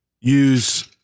use